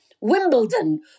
Wimbledon